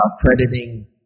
crediting